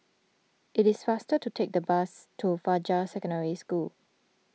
it is faster to take the bus to Fajar Secondary School